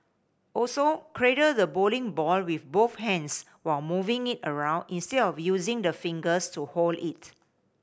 also cradle the bowling ball with both hands while moving it around instead of using the fingers to hold it